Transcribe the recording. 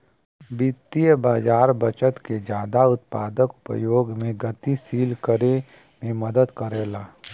वित्तीय बाज़ार बचत के जादा उत्पादक उपयोग में गतिशील करे में मदद करला